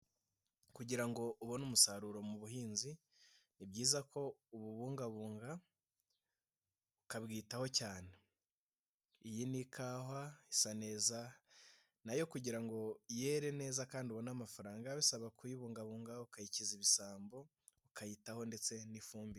Kugira ngo ubone umusaruro mu buhinzi ni byiza ko ububungabunga, ukabwitaho cyane. Iyi ni ikawa isa neza ,nayo kugira ngo yere neza kandi ubone amafaranga bisaba kuyibungabunga, ukayikiza ibisambo, ukayitaho ndetse n'ifumbire.